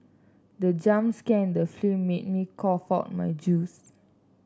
the jump scare in the film made me cough out my juice